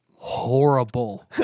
horrible